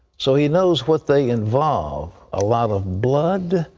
so he knows what they involve. a lot of blood,